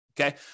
okay